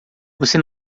você